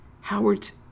Howard's